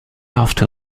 after